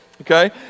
Okay